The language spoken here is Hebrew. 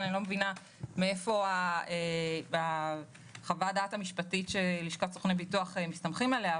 אני לא מבינה מאיפה חוות הדעת המשפטית שלשכת סוכני הביטוח מסתמכת עליה.